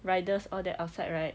riders all that outside right